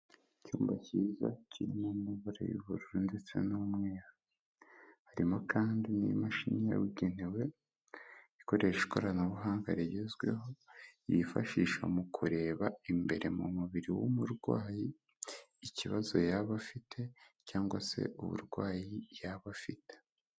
icyumba cyiza kirimo amabara y'ubururu ndetse n'umweru. Harimo kandi n'imashini yabugenewe, ikoresha ikoranabuhanga rigezweho, yifashisha mu kureba imbere mu mubiri w'umurwayi, ikibazo yaba afite cyangwa se uburwayi yaba afite.